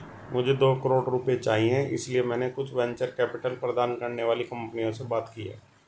मुझे दो करोड़ रुपए चाहिए इसलिए मैंने कुछ वेंचर कैपिटल प्रदान करने वाली कंपनियों से बातचीत की है